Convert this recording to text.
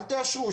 אל תאשרו.